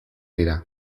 dira